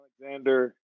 Alexander